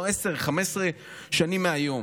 או 10 15 שנים מהיום,